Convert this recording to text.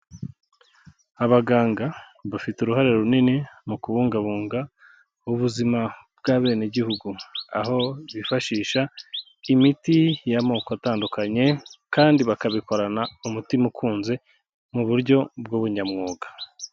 Abaganga bafite uruhare runini mu kubungabunga ubuzima bw'abenegihugu. Aho bifashisha imiti y'amoko atandukanye kandi bakabikorana umutima ukunze mu buryo bw'ubunyamwuga.